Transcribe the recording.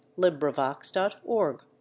LibriVox.org